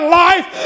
life